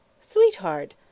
Sweetheart